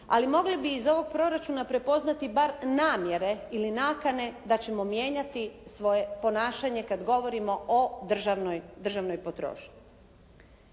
ali mogli bi iz ovog proračuna prepoznati bar namjere ili nakane da ćemo mijenjati svoje ponašanje kada govorimo o državnoj potrošnji.